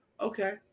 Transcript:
okay